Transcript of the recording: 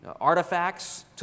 artifacts